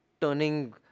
turning